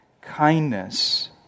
kindness